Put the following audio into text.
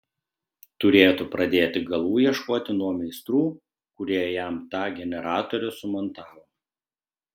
turėtų pradėti galų ieškoti nuo meistrų kurie jam tą generatorių sumontavo